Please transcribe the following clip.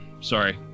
sorry